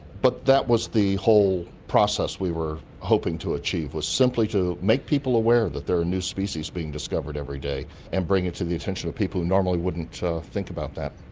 but that was the whole process we were hoping to achieve, was simply to make people aware that there are new species being discovered every day and bring it to the attention of people who normally wouldn't think about that.